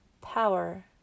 power